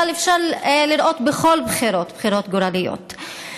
אבל אפשר לראות בכל בחירות בחירות גורליות,